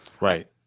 Right